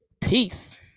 Peace